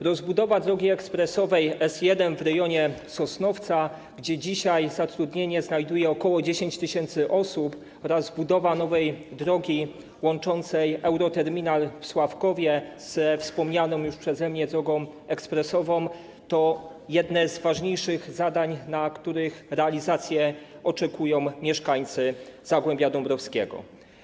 Rozbudowa drogi ekspresowej S1 w rejonie Sosnowca, gdzie dzisiaj zatrudnienie znajduje ok. 10 tys. osób, oraz budowa nowej drogi łączącej euroterminal w Sławkowie ze wspomnianą już przeze mnie drogą ekspresową to jedne z ważniejszych zadań, na których realizację oczekują mieszkańcy Zagłębia Dąbrowskiego.